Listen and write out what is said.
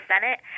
Senate